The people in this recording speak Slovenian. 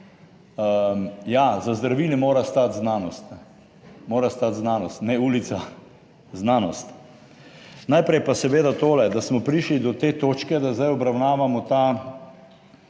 ja, za zdravili mora stati znanost, mora stati znanost, ne ulica, znanost. Najprej pa seveda tole, da smo prišli do te točke, da zdaj obravnavamo ta